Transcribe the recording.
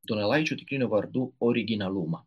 donelaičio tikrinių vardų originalumą